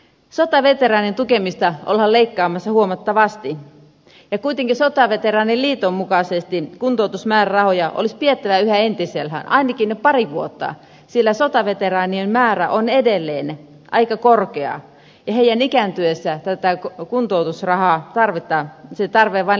sotaveteraanien tukemista ollaan leikkaamassa huomattavasti ja kuitenkin sotaveteraaniliiton mukaisesti kuntoutusmäärärahoja olisi pidettävä yhä entisellään ainakin pari vuotta sillä sotaveteraanien määrä on edelleen aika korkea ja heidän ikääntyessä tätä kuntoutusrahaa tarvitaan sen tarve vain lisääntyy